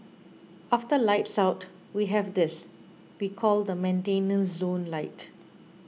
after lights out we have this we call the maintenance zone light